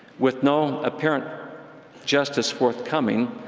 with no apparent justice forthcoming,